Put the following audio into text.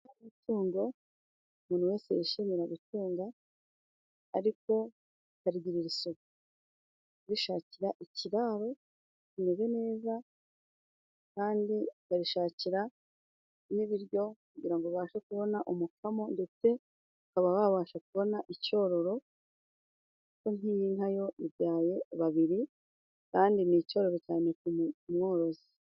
Itungo umuntu wese yishimira gutunga, ariko akarigirira isuku, arishakira ikiraro kimeze neza kandi akarishakira n'ibiryo kugira ngo abashe kubona umukamo ndetse akaba babasha kubona icyororo, kuko nk'iyi nka yo ibyaye babiri kandi ni icyoro cyane ku mworozi.